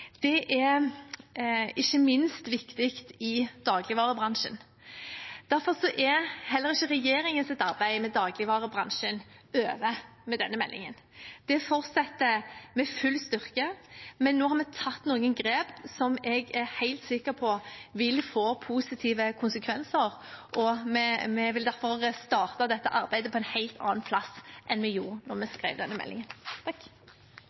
Det er ikke minst viktig i dagligvarebransjen. Derfor er heller ikke regjeringens arbeid med dagligvarebransjen over med denne meldingen, det fortsetter med full styrke, men nå har vi tatt noen grep som jeg er helt sikker på at vil få positive konsekvenser. Vi vil derfor starte dette arbeidet på en helt annen plass enn vi gjorde da vi